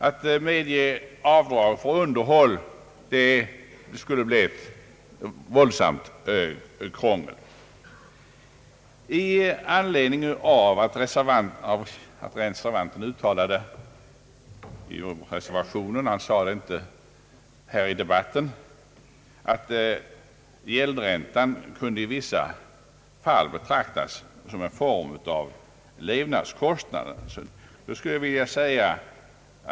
Det skulle leda till ett stort krångel, om avdrag skulle medges för kostnaderna för underhåll. Reservanten uttalar i reservationen — han gjorde det inte här i kammaren — att gäldräntan i vissa fall kan betraktas som en form av levnadskostnader.